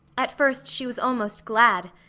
at first she was almost glad.